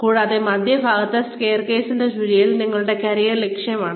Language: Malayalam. കൂടാതെ മധ്യഭാഗത്ത് സ്റ്റെയർകേസിന്റെ ചുഴിയിൽ നിങ്ങളുടെ കരിയർ ലക്ഷ്യമാണ്